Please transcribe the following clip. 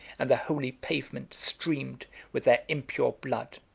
and the holy pavement streamed with their impure blood.